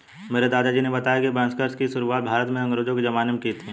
मेरे दादाजी ने बताया की बैंकर्स बैंक की शुरुआत भारत में अंग्रेज़ो के ज़माने में की थी